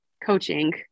coaching